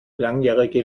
langjährige